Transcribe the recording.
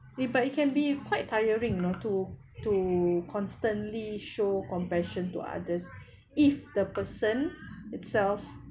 it but it can be quite tiring you know to to me constantly show compassion to others if the person itself